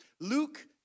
Luke